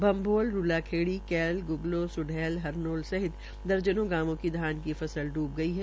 भंगोल रूलाखेड़ी कैल गुगलों सुढौल हरनौल सहित दर्जनों गांवों की धान की फसल इूब गई है